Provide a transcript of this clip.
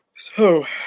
so